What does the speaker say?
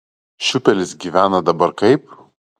šiupelis gyvena dabar kaip